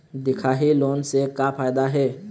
दिखाही लोन से का फायदा हे?